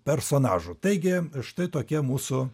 personažų taigi štai tokie mūsų